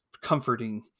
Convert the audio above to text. comforting